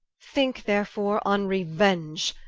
thinke therefore on reuenge,